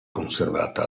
conservata